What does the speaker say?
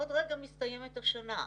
עוד רגע מסתיימת השנה.